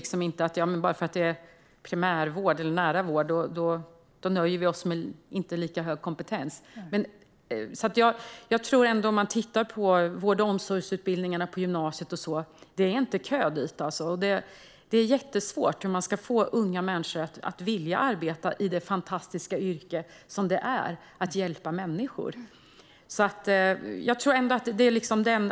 Bara för att det är primärvård eller nära vård duger det inte att nöja sig med en kompetens som inte är lika hög. Det är inte kö till vård och omsorgsutbildningarna på gymnasiet. Det är jättesvårt att få unga människor att vilja arbeta i det fantastiska yrke det är att hjälpa människor.